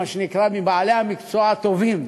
מה שנקרא, מבעלי המקצוע הטובים,